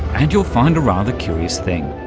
and you'll find a rather curious thing